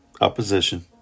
opposition